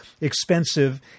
expensive